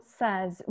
says